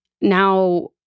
now